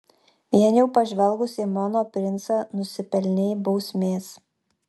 vien jau pažvelgusi į mano princą nusipelnei bausmės